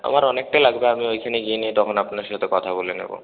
আমার অনেকটাই লাগবে আমি ওইখানে গিয়ে নিয়ে তখন আপনার সাথে কথা বলে নেব